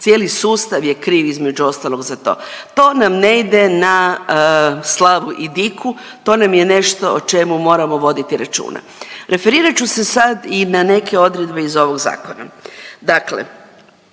cijeli sustav je kriv između ostalog za to. To nam ne ide na slavu i diku, to nam je nešto o čemu moramo voditi računa. Referirat ću se sad i na neke odredbe iz ovog zakona,